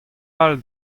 all